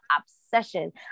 obsession